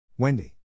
Wendy